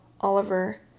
Oliver